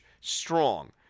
strong